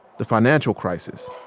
the financial crisis,